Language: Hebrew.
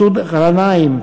מסעוד גנאים,